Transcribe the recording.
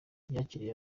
yakiriye